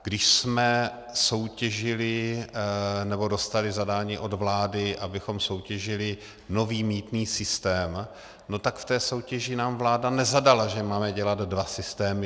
Když jsme soutěžili, nebo dostali zadání od vlády, abychom soutěžili nový mýtný systém, tak v té soutěží nám vláda nezadala, že máme dělat dva systémy.